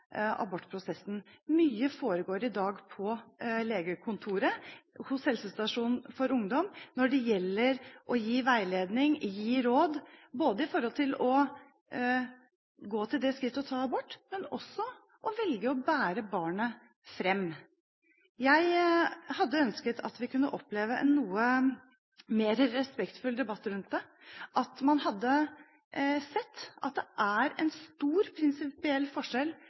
abortprosessen. Mye foregår i dag på legekontoret og på helsestasjoner for ungdom når det gjelder å gi veiledning og råd, både med hensyn til å gå til det skrittet å ta abort og med hensyn til å velge å bære barnet fram. Jeg hadde ønsket at vi kunne oppleve en noe mer respektfull debatt rundt det, at man hadde sett at det er en stor prinsipiell forskjell